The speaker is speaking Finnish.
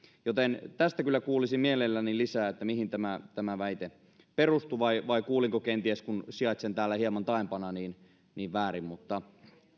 joten tästä kyllä kuulisin mielelläni lisää mihin tämä tämä väite perustui vai vai kuulinko kenties väärin kun sijaitsen täällä hieman taaempana mutta